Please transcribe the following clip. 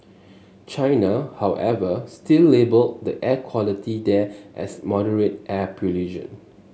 China however still labelled the air quality there as moderate air pollution